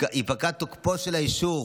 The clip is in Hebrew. יפקע תוקפו של האישור